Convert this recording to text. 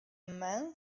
man